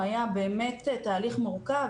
היה באמת תהליך מורכב,